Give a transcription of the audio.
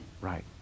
right